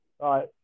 Right